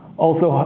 also,